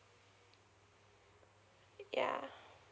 yeah